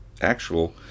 actual